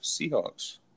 Seahawks